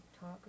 talk